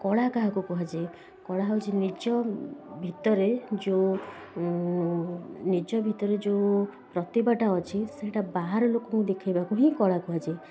କଳା କାହାକୁ କୁହାଯାଏ କଳା ହେଉଛି ନିଜ ଭିତରେ ଯେଉଁ ନିଜ ଭିତରେ ଯେଉଁ ପ୍ରତିଭାଟା ଅଛି ସେଇଟା ବାହାର ଲୋକଙ୍କୁ ଦେଖାଇବାକୁ ହିଁ କଳା କୁହାଯାଏ